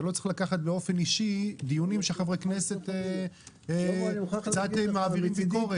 אתה לא צריך לקחת באופן אישי דיונים של חברי כנסת שקצת מעבירים ביקורת.